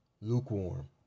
lukewarm